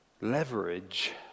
leverage